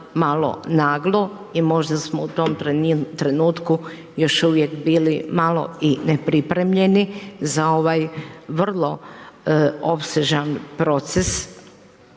malo naglo i možda smo u tom trenutku još uvijek bili malo i nepripremljeni za ovaj vrlo opsežan proces,